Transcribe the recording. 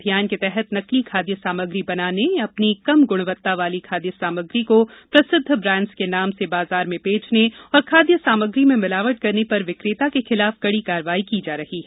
अभियान के तहत नकली खाद्य सामग्री बनाने अपने कम गुणवत्ता वाली खाद्य सामग्री को प्रसिद्ध ब्राण्डों के नाम से बाजार में बेचने और खाद्य सामग्री में मिलावट करने पर विकेता के खिलाफ कड़ी कार्यवाही की जा रही है